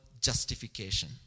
justification